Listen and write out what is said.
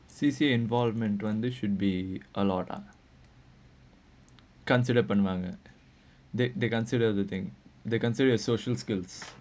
cca involvement wonder should be a lot are considered பண்ணுவாங்க:pannuvaanggae that they consider the thing they considered social skills